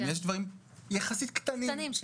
יש דברים יחסית קטנים,